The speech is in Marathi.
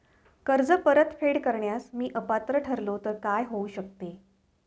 कर्ज परतफेड करण्यास मी अपात्र ठरलो तर काय होऊ शकते?